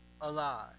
alive